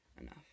enough